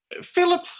philip,